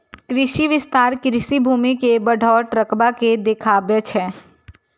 कृषि विस्तार कृषि भूमि के बढ़ैत रकबा के देखाबै छै